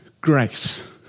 grace